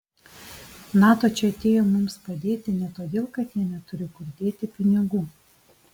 nato čia atėjo mums padėti ne todėl kad jie neturi kur dėti pinigų